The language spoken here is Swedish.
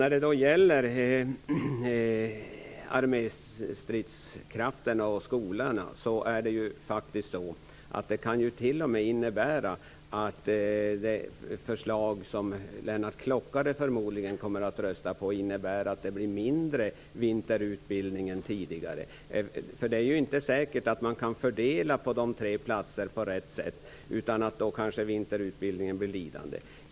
När det gäller arméstridskrafterna och skolorna kan det förslag som Lennart Klockare förmodligen kommer att rösta för t.o.m. innebära att det blir mindre av vinterutbildning än tidigare. Det är ju inte säkert att det går att på rätt sätt fördela på de tre platserna utan att vinterutbildningen blir lidande.